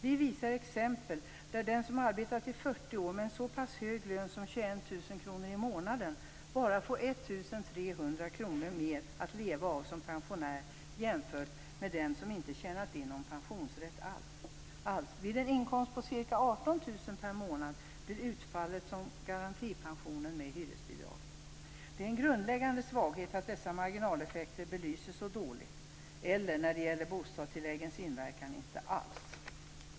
Vi visar exempel där den som arbetat i 40 år med en så pass hög lön som 21 000 kr i månaden bara får 1 300 kr mer att leva av som pensionär jämfört med den som inte tjänat in någon pensionsrätt alls. Vid en inkomst på ca 18 000 kr per månad blir utfallet som garantipensionen med hyresbidrag. Det är en grundläggande svaghet att dessa marginaleffekter belyses så dåligt eller - när det gäller bostadstilläggens inverkan - inte alls.